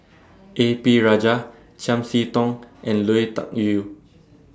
A P Rajah Chiam See Tong and Lui Tuck Yew